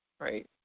right